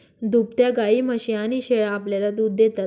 दुभत्या गायी, म्हशी आणि शेळ्या आपल्याला दूध देतात